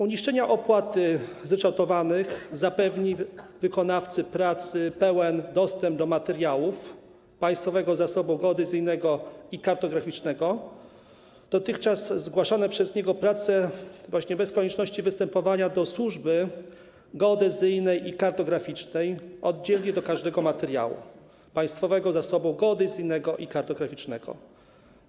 Uiszczenie opłat zryczałtowanych zapewni wykonawcy pracy pełen dostęp do materiałów państwowego zasobu geodezyjnego i kartograficznego dotyczących zgłoszonej przez niego pracy właśnie bez konieczności występowania do służby geodezyjnej i kartograficznej oddzielnie w sprawie każdego materiału państwowego zasobu geodezyjnego i kartograficznego.